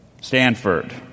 Stanford